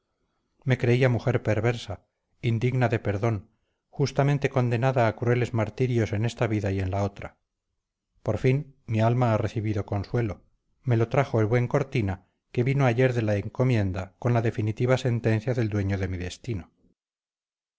me creía mujer perversa indigna de perdón justamente condenada a crueles martirios en esta vida y en la otra por fin mi alma ha recibido consuelo me lo trajo el buen cortina que vino ayer de la encomienda con la definitiva sentencia del dueño de mi destino